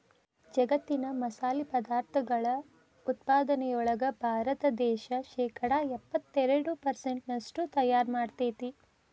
ಜಗ್ಗತ್ತಿನ ಮಸಾಲಿ ಪದಾರ್ಥಗಳ ಉತ್ಪಾದನೆಯೊಳಗ ಭಾರತ ದೇಶ ಶೇಕಡಾ ಎಪ್ಪತ್ತೆರಡು ಪೆರ್ಸೆಂಟ್ನಷ್ಟು ತಯಾರ್ ಮಾಡ್ತೆತಿ